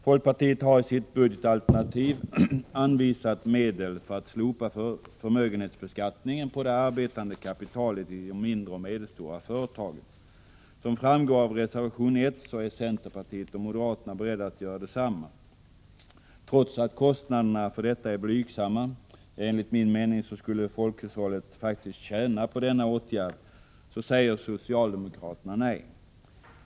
Folkpartiet har i sitt budgetalternativ anvisat medel för att slopa förmögenhetsbeskattningen på det arbetande kapitalet i de mindre och medelstora företagen. Som framgår av reservation 1 är centerpartiet och moderaterna beredda att göra detsamma. Trots att kostnaderna för detta är blygsamma — ja, enligt min mening skulle folkhushållet faktiskt tjäna på denna åtgärd — så säger socialdemokraterna nej.